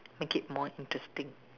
make it more interesting